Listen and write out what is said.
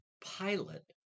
pilot